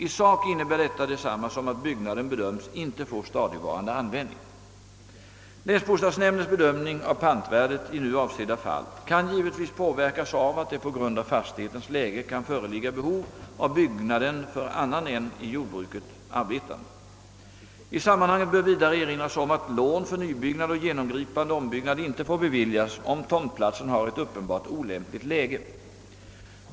I sak innebär detta detsamma som att byggnaden bedömts inte få stadigvarande användning. Länsbostadsnämndens bedömning av pantvärdet i nu avsedda fall kan givetvis påverkas av att det på grund av fastighetens läge kan föreligga behov av byggnaden för annan än i jordbruket arbetande. I sammanhanget bör vidare erinras om att lån för nybyggnad och genomgripande ombyggnad inte får beviljas, om tomtplatsen har ett uppenbart olämpligt läge.